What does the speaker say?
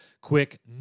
quick